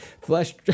flesh